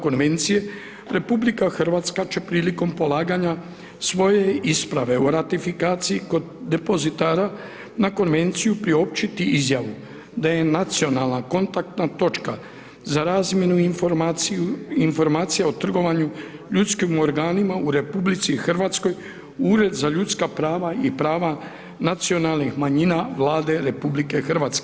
Konvencije, RH će prilikom polaganja svoje isprave o ratifikacije kod depozitara na konvenciju priopćiti izjavu, da je nacionalna kontaktna točka, za razmjenu informacije o trgovanje ljudskim organima u RH, Ured za ljudska prava i prava nacionalnih manjina Vlade RH.